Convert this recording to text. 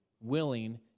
willing